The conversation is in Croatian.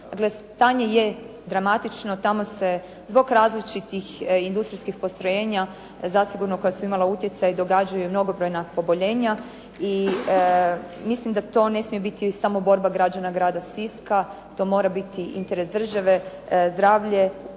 stanje je dramatično. Tamo se zbog različitih industrijskih postrojenja zasigurno koja su imala utjecaj događaju mnogobrojna poboljenja i mislim da to ne smije biti samo borba građana grada Siska. To mora biti interes države. Zdravlje